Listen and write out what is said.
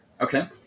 Okay